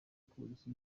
polisi